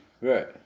Right